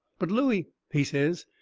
but, looey, he says,